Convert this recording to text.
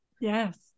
Yes